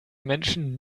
menschen